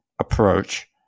approach